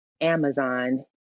Amazon